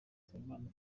nsabimana